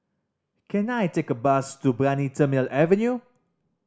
can I take a bus to Brani Terminal Avenue